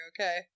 Okay